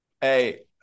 Hey